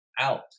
out